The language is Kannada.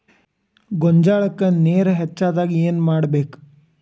ಗೊಂಜಾಳಕ್ಕ ನೇರ ಹೆಚ್ಚಾದಾಗ ಏನ್ ಮಾಡಬೇಕ್?